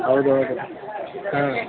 ಹೌದು ಹೌದು ಹಾಂ